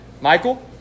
Michael